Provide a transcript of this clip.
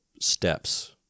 steps